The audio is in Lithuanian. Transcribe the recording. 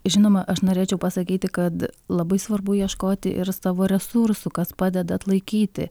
žinoma aš norėčiau pasakyti kad labai svarbu ieškoti ir savo resursų kas padeda atlaikyti